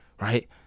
right